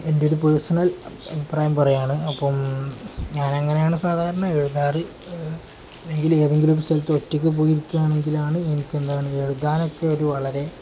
എൻ്റൊരു പേഴ്സണൽ അഭിപ്രായം പറയാണ് അപ്പം ഞാനങ്ങനെയാണ് സാധാരണ എഴുതാറ് അല്ലെങ്കിൽ എന്തെങ്കിലും ഒരു സ്ഥലത്ത് ഒറ്റയ്ക്ക് പോയിരിക്കുകയാണെങ്കിലാണ് എനിക്കെന്താണ് എഴുതാനൊക്കെ ഒരു വളരെ